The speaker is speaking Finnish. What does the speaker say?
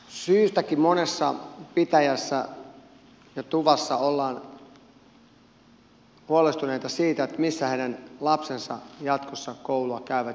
syystäkin monessa pitäjässä ja tuvassa ollaan huolestuneita siitä missä heidän lapsensa jatkossa koulua käyvät jos käyvät lainkaan